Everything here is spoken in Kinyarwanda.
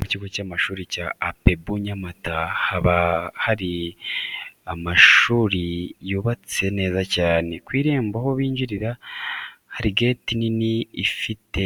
Ku kigo cy'amashuri cya APEBU Nyamata hari amashuri yubatse neza cyane. Ku irembo aho binjirira hari gate nini ifite